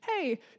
hey